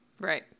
right